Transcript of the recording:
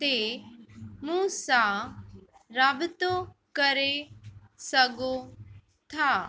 ते मूं सां राबितो करे सघो था